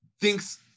thinks-